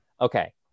Okay